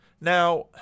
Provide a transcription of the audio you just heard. Now